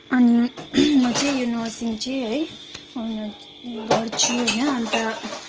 अनि म चाहिँ यो नर्सिङ चाहिँ है गर्छु होइन अन्त